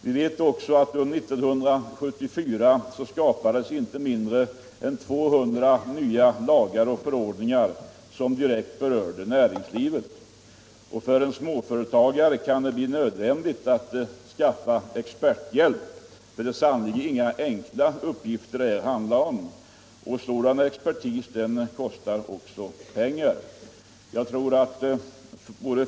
Vi vet också att år 1974 skapades inte mindre än 200 nya lagar och förordningar som direkt berörde näringslivet. För en småföretagare kan det bli nödvändigt att skaffa experthjälp, för det är sannerligen inga enkla uppgifter det handlar om. Sådan expertis kostar också pengar.